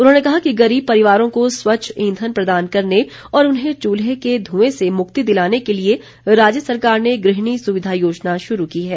उन्होंने कहा कि गरीब परिवारों को स्वच्छ ईंधन प्रदान करने और उन्हें चुल्हे के धुएं से मुक्ति दिलाने के लिए राज्य सरकार ने गृहिणी सुविधा योजना शुरू की है